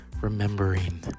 remembering